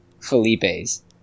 Felipe's